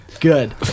Good